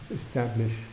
establish